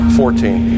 fourteen